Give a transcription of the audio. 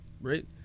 right